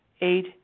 Eight